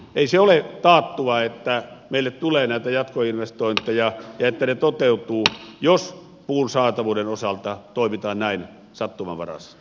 ei se ole taattua että meille tulee näitä jatkoinvestointeja ja että ne toteutuvat jos puun saatavuuden osalta toimitaan näin sattumanvaraisesti